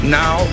now